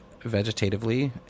vegetatively